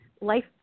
life